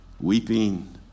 Weeping